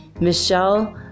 Michelle